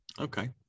Okay